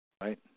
Right